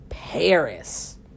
Paris